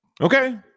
Okay